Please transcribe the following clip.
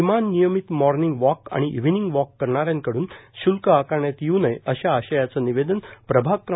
किमान नियमित morning walks आणि इव्हिनिंग वॉकश् करणाऱ्यांकडून श्ल्क आकारण्यात येऊ नयेए अशा आशयाचे निवेदन प्रभाग क्र